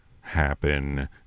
happen